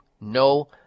no